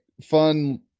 fun